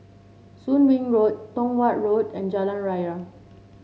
Soon Wing Road Tong Watt Road and Jalan Raya